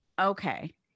Okay